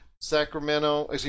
Sacramento